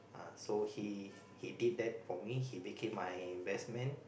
ah so he he did that for me he became my best man